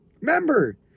Remember